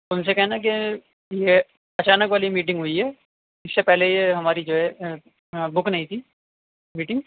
ان سے کہنا کہ یہ اچانک والی میٹنگ ہوئی ہے اس سے پہلے یہ ہماری جو ہے بک نہیں تھی میٹنگ